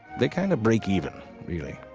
they kind of break even. really.